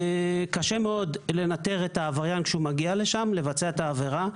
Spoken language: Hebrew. קשה מאוד לנטר את העבריין כשהוא מגיע לשם לבצע את העבירה .